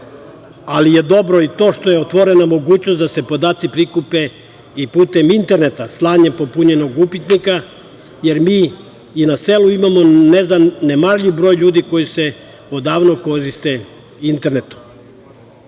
je i to što je otvorena mogućnost da se podaci prikupe i putem interneta, slanjem popunjenog upitnika, jer mi i na selu imamo ne zanemarljiv broj ljudi koji odavno koriste internet. Ovim